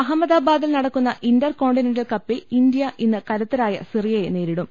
അഹമ്മദാബാദിൽ നടക്കുന്ന intercontinental കപ്പിൽ ഇന്തൃ ഇന്ന് കരുത്തരായ സിറിയയെ നേരിടും